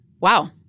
Wow